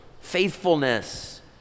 faithfulness